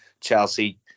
Chelsea